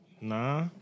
nah